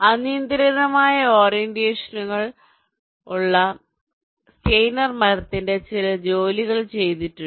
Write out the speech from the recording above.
അനിയന്ത്രിതമായ ഓറിയന്റേഷനുള്ള സ്റ്റെയ്നർ മരത്തിൽ ചില ജോലികൾ ചെയ്തിട്ടുണ്ട്